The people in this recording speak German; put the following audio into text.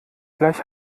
gleich